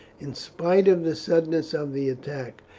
in spite of the suddenness of the attack,